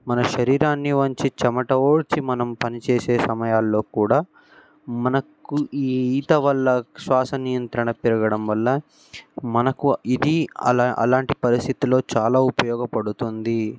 మన శరీరాన్ని వంచి చెమటోడ్చి మనం పనిచేసే సమయాలలో కూడా మనకు ఈ ఈత వల్ల శ్వాస నియంత్రణ పెరగడం వల్ల మనకు ఇది అలా అలాంటి పరిస్థితులలో చాలా ఉపయోగపడుతుంది